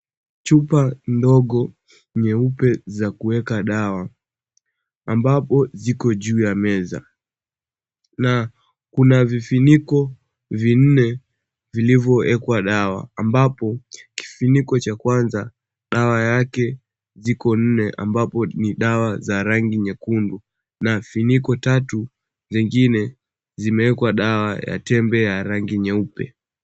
Chupa ndogo nyeupe za kuweka dawa ambapo ziko juu ya meza na kuna vifuniko vinne vilivyowekwa dawa, ambapo kifuniko cha kwanza dawa yake ziko nne ambapo ni dawa za rangi nyekundu na funiko tatu zingine zimewekwa dawa za tembe ya rangi nyeupe.